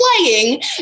playing